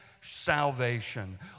salvation